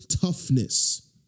toughness